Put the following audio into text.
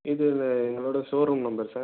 இதுதான் எங்களோடய show room number sir